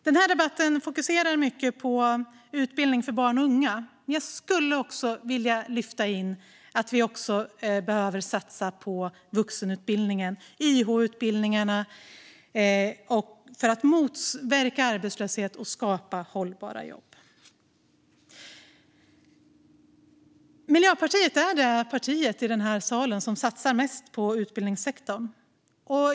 Den här debatten fokuserar mycket på utbildning för barn och unga, men jag skulle också vilja lyfta in att vi även behöver satsa på vuxenutbildningen och YH-utbildningarna för att motverka arbetslöshet och skapa hållbara jobb. Miljöpartiet är det parti i denna sal som satsar mest på utbildningssektorn.